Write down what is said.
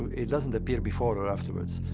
it doesn't appear before or afterwards.